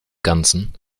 ganzen